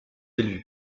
bellevue